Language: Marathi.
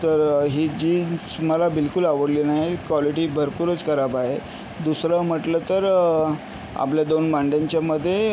तर ही जीन्स मला बिलकुल आवडली नाही कॉलिटी भरपूरच खराब आहे दुसरं म्हटलं तर आपल्या दोन मांड्यांच्यामध्ये